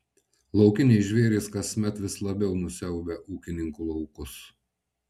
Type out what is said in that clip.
laukiniai žvėrys kasmet vis labiau nusiaubia ūkininkų laukus